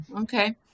Okay